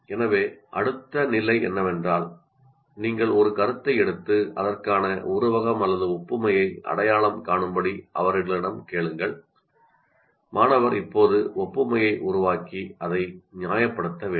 எனவே அடுத்த நிலை என்னவென்றால் நீங்கள் ஒரு கருத்தை எடுத்து அதற்கான ஒத்த அல்லது ஒப்புமையை அடையாளம் காணும்படி அவர்களிடம் கேளுங்கள் மாணவர் இப்போது ஒப்புமையை உருவாக்கி அதை நியாயப்படுத்த வேண்டும்